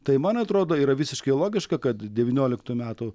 tai man atrodo yra visiškai logiška kad devynioliktų metų